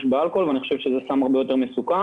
באלכוהול ואני חושב שזה סם הרבה יותר מסוכן.